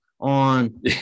on